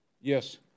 Yes